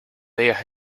digas